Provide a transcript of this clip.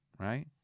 right